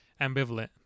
ambivalent